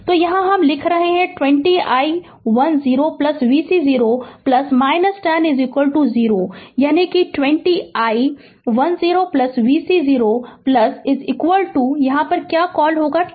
तो यहाँ हम लिख रहे हैं 20 i 1 0 vc 0 10 0 यानि 20 i 1 0 vc 0 क्या कॉल 10